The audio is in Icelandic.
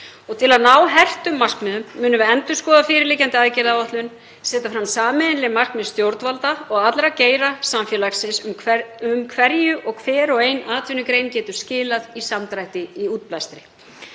Til að ná hertum markmiðum munum við endurskoða fyrirliggjandi aðgerðaáætlun og setja fram sameiginleg markmið stjórnvalda og allra geira samfélagsins um hverju hver og ein atvinnugrein getur skilað í samdrætti í útblæstri.